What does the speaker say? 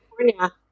California